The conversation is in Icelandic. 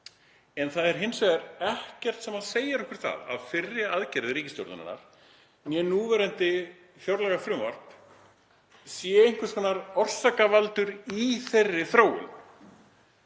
Það er hins vegar ekkert sem segir okkur það að fyrri aðgerðir ríkisstjórnarinnar eða núverandi fjárlagafrumvarp séu einhvers konar orsakavaldur í þeirri þróun.